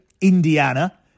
Indiana